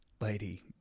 lady